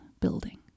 building